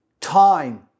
Time